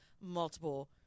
multiple